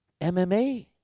MMA